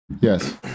yes